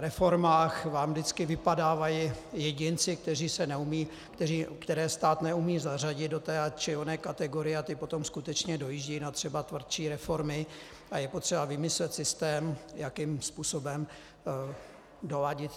reformách vám vždycky vypadávají jedinci, které stát neumí zařadit do té či oné kategorie, a ti potom skutečně dojíždějí na třeba tvrdší reformy a je potřeba vymyslet systém, jakým způsobem systém doladit.